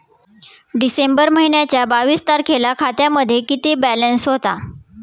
डिसेंबर महिन्याच्या बावीस तारखेला खात्यामध्ये किती बॅलन्स होता?